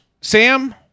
Sam